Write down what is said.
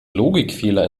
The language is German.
logikfehler